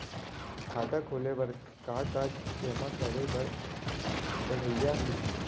खाता खोले बर का का जेमा करे बर पढ़इया ही?